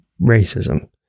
racism